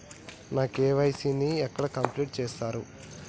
నా కే.వై.సీ ని ఎక్కడ కంప్లీట్ చేస్తరు?